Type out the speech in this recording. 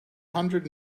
hundred